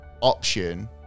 option